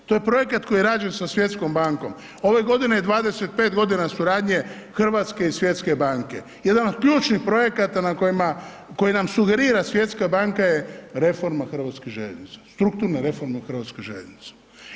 To je projekat koji je rađen sa Svjetskom bankom, ove godine je 25 godina suradnje Hrvatske i Svjetske banke, jedan od ključnih projekata na kojima, koji nam sugerira Svjetska banka je reforma hrvatske željeznice, strukturna reforma hrvatske željeznice.